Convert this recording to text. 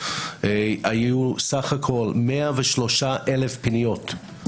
היו סך הכול 103,000 פניות.